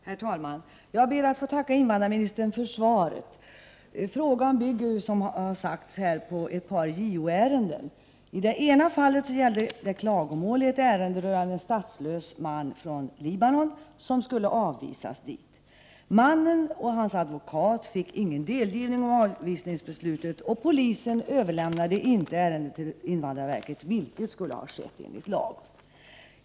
Herr talman! Jag ber att få tacka invandrarministern för svaret. Frågan bygger på ett par JO-ärenden. I det ena fallet gällde det ett klagomål i ett ärende rörande en statslös man från Libanon som skulle avvisas. Mannen och hans advokat fick ingen delgivning av avvisningsbeslutet, och polisen överlämnade inte ärendet till invandrarverket — vilket skulle ha skett enligt lag.